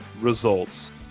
results